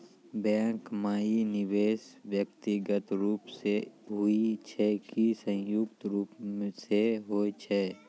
Bank माई निवेश व्यक्तिगत रूप से हुए छै की संयुक्त रूप से होय छै?